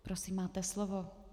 Prosím, máte slovo.